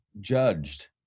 judged